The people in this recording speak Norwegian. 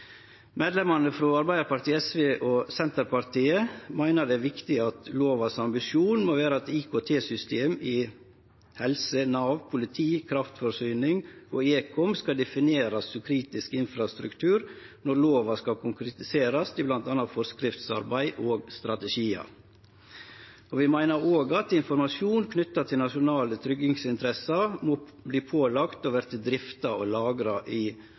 Medlemene frå Arbeidarpartiet, SV og Senterpartiet meiner det er viktig at ambisjonen til lova må vere at IKT-system i helse, Nav, politi, kraftforsyning og ekom skal definerast som kritisk infrastruktur når lova skal konkretiserast i bl.a. forskriftsarbeid og strategiar. Vi meiner òg at informasjon knytt til nasjonale tryggingsinteresser må verte pålagd å verte drifta og lagra i